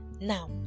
now